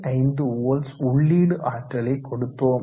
5 volts உள்ளீடு ஆற்றலை கொடுத்தோம்